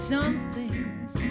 Something's